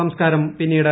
സംസ്ക്കാരം പിന്നീട്